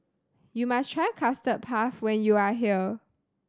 you must try Custard Puff when you are here